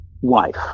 wife